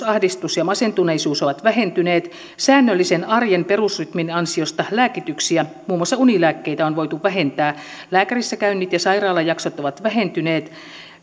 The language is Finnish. ahdistus ja masentuneisuus ovat vähentyneet säännöllisen arjen perusrytmin ansiosta lääkityksiä muun muassa unilääkkeitä on voitu vähentää lääkärissäkäynnit ja sairaalajaksot ovat vähentyneet